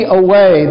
away